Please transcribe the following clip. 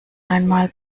einmal